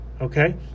Okay